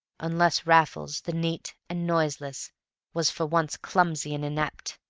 unless raffles the neat and noiseless was for once clumsy and inept,